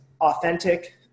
authentic